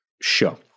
show